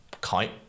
kite